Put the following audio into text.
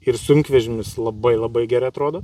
ir sunkvežimis labai labai gerai atrodo